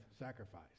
sacrifice